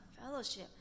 fellowship